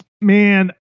Man